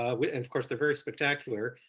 um but and of course they're very spectacular.